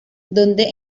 donde